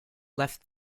left